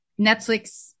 Netflix